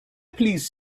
please